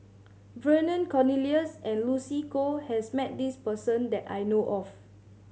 Vernon Cornelius and Lucy Koh has met this person that I know of